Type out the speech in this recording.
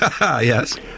Yes